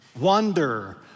wonder